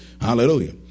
Hallelujah